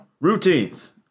Routines